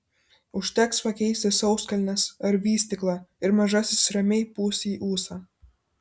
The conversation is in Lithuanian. užteks pakeisti sauskelnes ar vystyklą ir mažasis ramiai pūs į ūsą